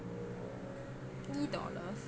two dollars